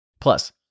Plus